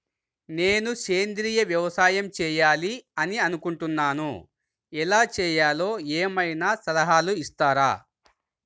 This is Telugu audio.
నేను సేంద్రియ వ్యవసాయం చేయాలి అని అనుకుంటున్నాను, ఎలా చేయాలో ఏమయినా సలహాలు ఇస్తారా?